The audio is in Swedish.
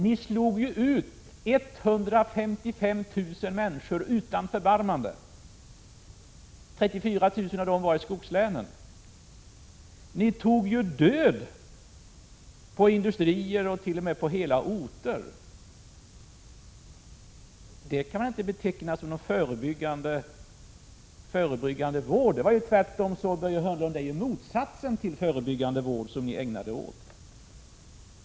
Ni slog ut 155 000 människor utan förbarmande. 34 000 av dem hörde hemma i skogslänen. Ni tog död på industrier och t.o.m. på hela orter. Det kan man inte beteckna som förebyggande vård. Det var tvärtom, Börje Hörnlund, motsatsen till förebyggande vård som ni ägnade er åt.